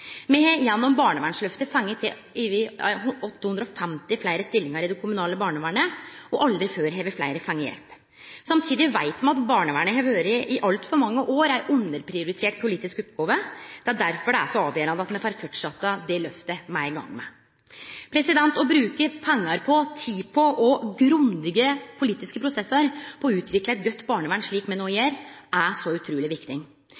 Me har gjennom barnevernsløftet fått 850 fleire stillingar i det kommunale barnevernet, og aldri før har fleire fått hjelp. Samtidig veit me at barnevernet i altfor mange år har vore ei underprioritert politisk oppgåve. Det er derfor avgjerande at me får fortsetje det løftet me er i gang med. Å bruke pengar og tid på grundige politiske prosessar for å utvikle eit godt barnevern, slik me no gjer, er så utruleg viktig.